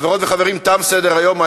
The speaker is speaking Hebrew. חברים יקרים, תם סדר-היום.